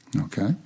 Okay